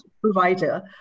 provider